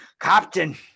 Captain